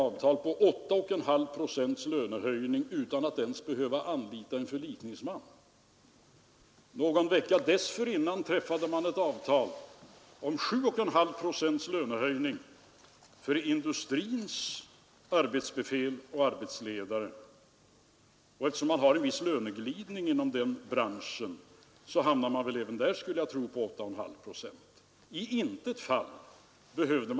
Det är ett uttryck för den utveckling som är på gång i samhället. Men jag finner en väldig distans hos centerpartiet, som jag fortsättningsvis gärna vill se som talesman även för de organiserade föreningsbönderna, mellan dess tal om och dess praktiska hantering av decentraliseringsrespektive centraliseringsverksamheten.